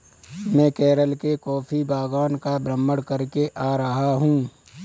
मैं केरल के कॉफी बागान का भ्रमण करके आ रहा हूं